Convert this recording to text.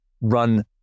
run